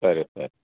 సరే సార్